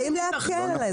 רגע, תני לי.